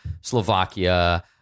Slovakia